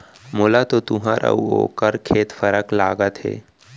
मोला तो तुंहर अउ ओकर खेत फरक लागत हे